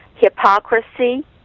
hypocrisy